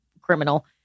criminal